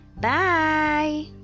Bye